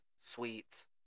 sweets